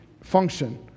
function